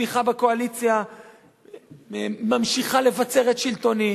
תמיכה בקואליציה ממשיכה לבצר את שלטוני.